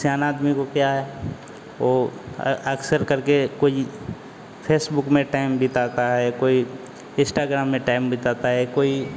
सयाना आदमी को क्या है वह अकसर करके कोई फेसबुक में टाइम बिताता है कोई इस्टाग्राम में टाइम बिताता है कोई